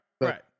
Right